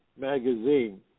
magazine